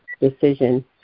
decision